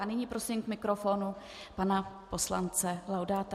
A nyní prosím k mikrofonu pana poslance Laudáta.